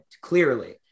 Clearly